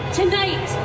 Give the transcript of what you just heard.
tonight